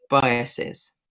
biases